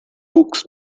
books